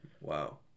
Wow